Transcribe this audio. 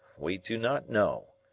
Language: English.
we do not know.